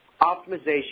Optimization